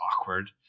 awkward